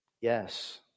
Yes